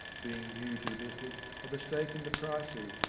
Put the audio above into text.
be ing new to the business, had mistaken the prices,